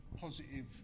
positive